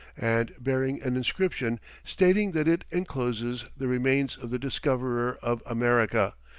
and bearing an inscription stating that it encloses the remains of the discoverer of america,